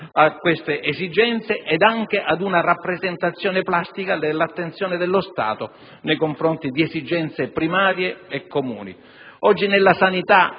a queste esigenze e anche ad una rappresentazione plastica dell'attenzione dello Stato nei confronti di esigenze primarie e comuni. Oggi, nella sanità